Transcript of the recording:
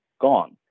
gone